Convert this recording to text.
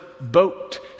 boat